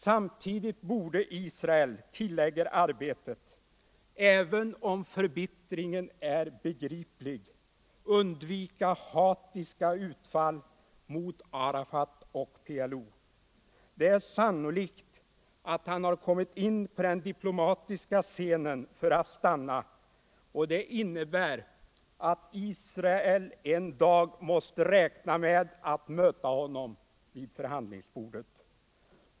Samtidigt borde Israel — även om förbittringen är begriplig — undvika hatiska utfall mot Arafat och PLO. Det är sannolikt, att han har kommit in på den diplomatiska scenen för att stanna och det innebär, att Israel en dag måste räkna med att möta honom vid förhandlingsbordet.